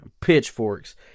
pitchforks